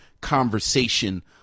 conversation